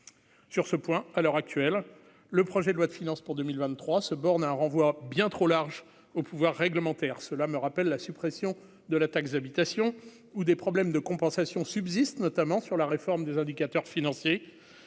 sur ce point à l'heure actuelle, le projet de loi de finances pour 2023, se borne à un renvoi bien trop large au pouvoir réglementaire, cela me rappelle la suppression de la taxe d'habitation ou des problèmes de compensation subsistent, notamment sur la réforme des indicateurs financiers,